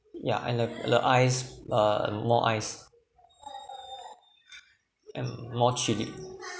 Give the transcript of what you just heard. yeah and the the ice uh more ice and more chilli